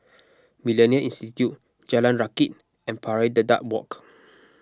Millennia Institute Jalan Rakit and Pari Dedap Walk